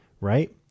Right